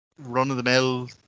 run-of-the-mill